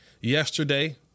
yesterday